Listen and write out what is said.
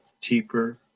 cheaper